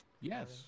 Yes